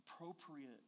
Appropriate